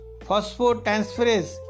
Phosphotransferase